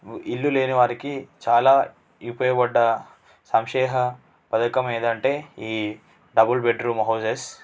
ఇల్లు లేని వారికి చాలా ఉపయోగపడ్డ సంక్షేమ పథకం ఏదంటే ఈ డబుల్ బెడ్రూమ్ హౌసెస్